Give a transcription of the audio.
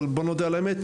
אבל בואו נודה על האמת,